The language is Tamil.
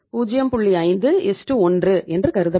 51 என்று கருதப்படும்